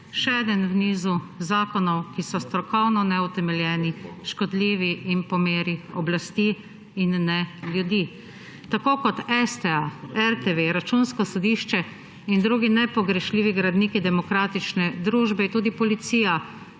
še eden v nizu zakonov, ki so strokovno neutemeljeni, škodljivi in po meri oblasti in ne ljudi. Tako kot STA, RTV, Računsko sodišče in drugi nepogrešljivi gradniki demokratične družbe je tudi policija